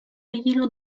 ritirò